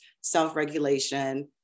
self-regulation